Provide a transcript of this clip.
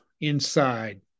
inside